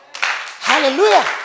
Hallelujah